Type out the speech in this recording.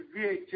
VHS